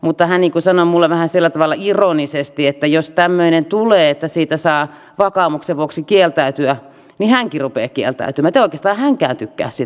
mutta hän sanoi minulle vähän sillä tavalla ironisesti että jos tämmöinen tulee että siitä saa vakaumuksen vuoksi kieltäytyä niin hänkin rupeaa kieltäytymään koska ei hänkään oikeastaan tykkää siitä työstä niin paljon